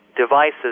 devices